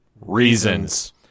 Reasons